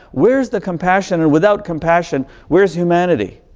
where's the compassion? and without compassion, where is humanity?